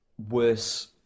worse